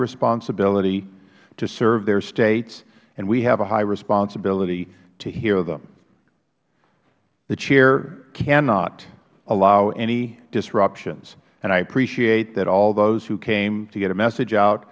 responsibility to serve their states and we have a high responsibility to hear them the chair cannot allow any disruptions and i appreciate that all those who came to get a message out